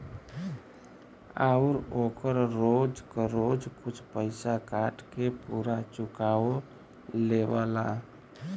आउर ओकर रोज क रोज कुछ पइसा काट के पुरा चुकाओ लेवला